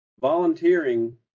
volunteering